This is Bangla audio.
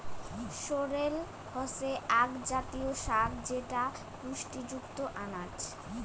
সোরেল হসে আক জাতীয় শাক যেটা পুষ্টিযুক্ত আনাজ